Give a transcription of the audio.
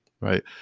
right